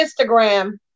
Instagram